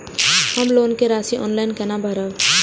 हम लोन के राशि ऑनलाइन केना भरब?